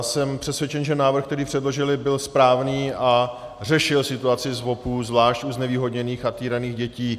Jsem přesvědčen, že návrh, který předložili, byl správný a řešil situaci ZDVOPů, zvlášť u znevýhodněných a týraných dětí.